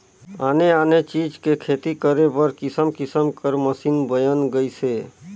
आने आने चीज के खेती करे बर किसम किसम कर मसीन बयन गइसे